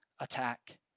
attack